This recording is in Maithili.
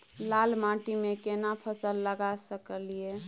लाल माटी में केना फसल लगा सकलिए?